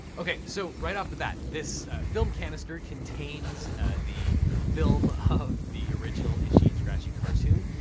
okay so right off the bat, this film canister contains the film of the original itchy and scratchy cartoon.